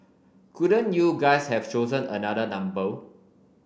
couldn't you guys have chosen another number